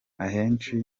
ahenshi